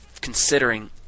considering